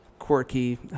quirky